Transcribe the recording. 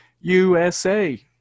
USA